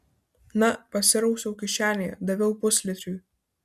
na pasirausiau kišenėje daviau puslitriui